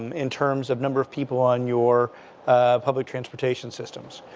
um in terms of number of people on your public transportation systems.